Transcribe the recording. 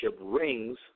rings